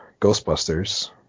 Ghostbusters